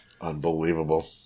Unbelievable